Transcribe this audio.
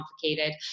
complicated